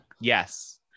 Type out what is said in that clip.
yes